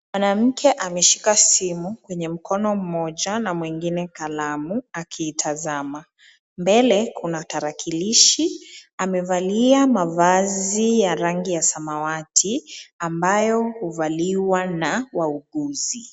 Mwanamke ameshika simu kwenye mkono mmoja na mwingine kalamu akiitazama. Mbele kuna tarakilishi. Amevalia mavazi ya rangi ya samawati ambayo huvaliwa na wauguzi.